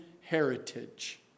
heritage